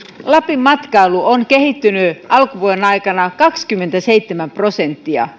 lapin matkailu on lisääntynyt alkuvuoden aikana kaksikymmentäseitsemän prosenttia